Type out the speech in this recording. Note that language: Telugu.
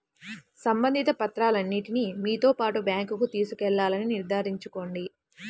సంబంధిత పత్రాలన్నింటిని మీతో పాటు బ్యాంకుకు తీసుకెళ్లాలని నిర్ధారించుకోండి